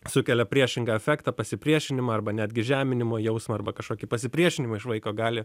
sukelia priešingą efektą pasipriešinimą arba netgi žeminimo jausmą arba kažkokį pasipriešinimą iš vaiko gali